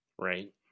Right